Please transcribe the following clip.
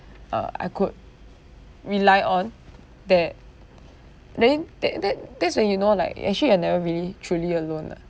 uh I could rely on that that yun~ that that that's when you know like actually I never really truly alone lah